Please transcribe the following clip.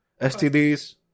stds